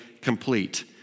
complete